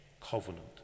covenant